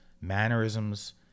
mannerisms